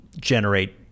generate